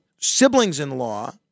siblings-in-law